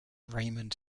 raymond